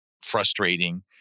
Frustrating